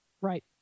right